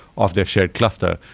of their shared cluster.